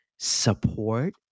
Support